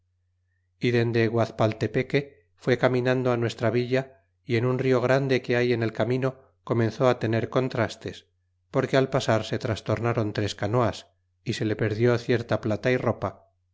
malo y dende guazpaltepeque fué caminando nuestra villa y en un rio grande que hay en el camino comenzó tener contrastes porque pasar se trastornron tres canoas y se le pero dió cierta plata y ropa